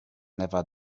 never